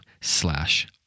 slash